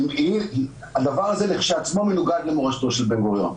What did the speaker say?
הדבר הזה לכשעצמו מנוגד למורשתו של בן-גוריון.